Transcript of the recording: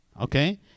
okay